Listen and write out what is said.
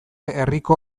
herriko